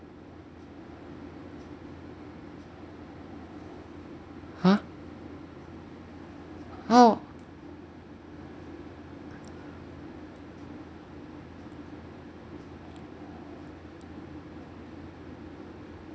!huh! how